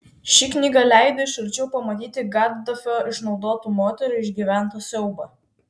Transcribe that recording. ši knyga leido iš arčiau pamatyti gaddafio išnaudotų moterų išgyventą siaubą